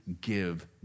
give